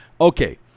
okay